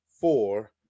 four